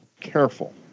careful